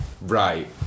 right